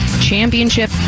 championship